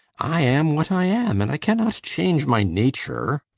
i am what i am, and i cannot change my nature!